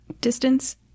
distance